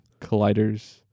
Colliders